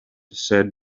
said